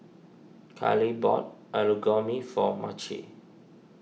Karly bought Alu Gobi for Marci